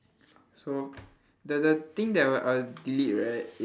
so the the thing that I w~ I will delete right